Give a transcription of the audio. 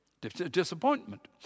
Disappointment